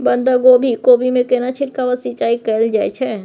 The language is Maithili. बंधागोभी कोबी मे केना छिरकाव व सिंचाई कैल जाय छै?